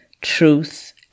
truth